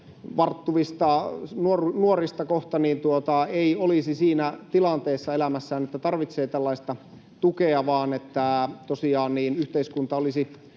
kohta nuorista, ei olisi siinä tilanteessa elämässään, että tarvitsee tällaista tukea, vaan että tosiaan yhteiskunta olisi